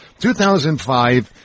2005